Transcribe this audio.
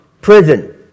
prison